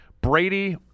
Brady